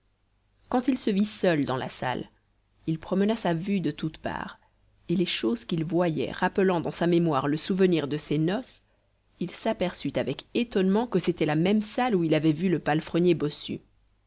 quand il se vit seul dans la salle il promena sa vue de toutes parts et les choses qu'il voyait rappelant dans sa mémoire le souvenir de ses noces il s'aperçut avec étonnement que c'était la même salle où il avait vu le palefrenier bossu